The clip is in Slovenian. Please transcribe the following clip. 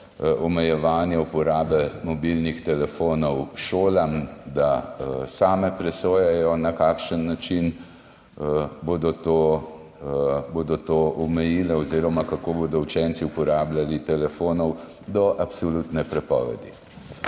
omejevanje uporabe mobilnih telefonov šolam, da same presojajo, na kakšen način bodo to omejile oziroma kako bodo učenci uporabljali telefone, do absolutne prepovedi.